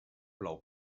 plou